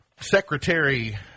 Secretary